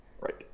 Right